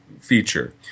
feature